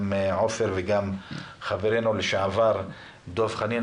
גם עופר כסיף וגם חברנו לשעבר דב חנין,